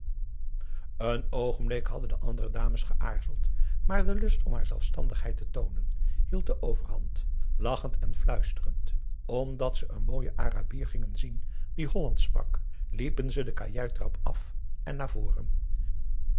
een oogenblik hadden de andere dames geaarzeld maar de lust om haar zelfstandigheid te toonen hield de overhand lachend en fluisterend omdat ze een mooien arabier gingen zien die hollandsch sprak liepen ze de kajuittrap af en naar voren